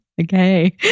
okay